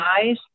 eyes